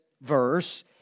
verse